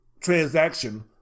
transaction